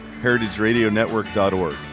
heritageradionetwork.org